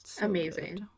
Amazing